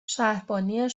شهربانی